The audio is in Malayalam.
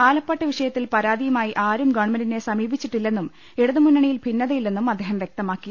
ആലപ്പാട് വിഷയത്തിൽ പരാതിയുമായി ആരും ഗവൺമെന്റിനെ സമീപിച്ചിട്ടില്ലെന്നും ഇടതുമുന്നണിയിൽ ഭിന്നതയില്ലെന്നും അദ്ദേഹം വ്യക്തമാക്കി